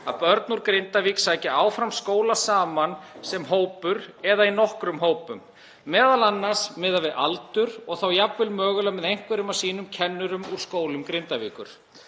að börn úr Grindavík sæki áfram skóla saman sem hópur eða í nokkrum hópum, m.a. miðað við aldur, og þá jafnvel mögulega með einhverjum af sínum kennurum úr skólum Grindavíkur.